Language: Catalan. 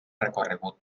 recorregut